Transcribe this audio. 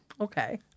Okay